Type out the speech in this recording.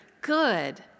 good